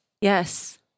Yes